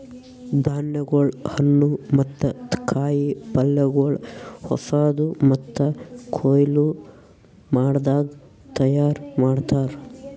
ಧಾನ್ಯಗೊಳ್, ಹಣ್ಣು ಮತ್ತ ಕಾಯಿ ಪಲ್ಯಗೊಳ್ ಹೊಸಾದು ಮತ್ತ ಕೊಯ್ಲು ಮಾಡದಾಗ್ ತೈಯಾರ್ ಮಾಡ್ತಾರ್